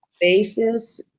basis